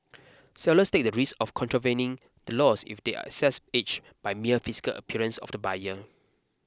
sellers take the risk of contravening the laws if they assess age by mere physical appearance of the buyer